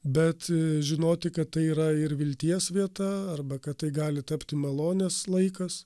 bet žinoti kad tai yra ir vilties vieta arba kad tai gali tapti malonės laikas